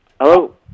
Hello